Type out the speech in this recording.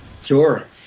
Sure